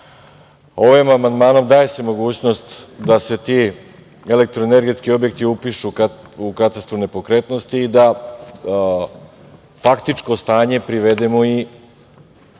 amandmanom se daje mogućnost da se ti elektroenergetski objekti upišu u katastru nepokretnosti, i da faktičko stanje privedemo i